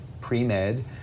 pre-med